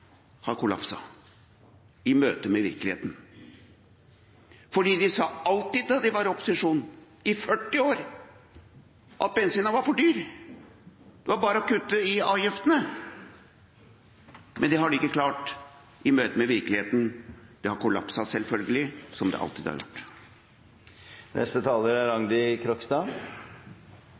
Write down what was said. har kollapset i møte med virkeligheten. For de sa alltid da de var i opposisjon – i 40 år – at bensinen var for dyr, at det bare var å kutte i avgiftene. Men det har de ikke klart i møte med virkeligheten. Det har kollapset, selvfølgelig, som det alltid har gjort.